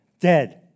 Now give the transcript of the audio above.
dead